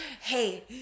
hey